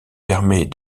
permet